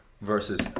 versus